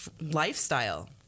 lifestyle